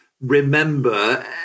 remember